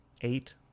eight